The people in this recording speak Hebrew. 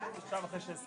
גם אנחנו.